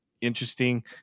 interesting